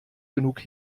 genug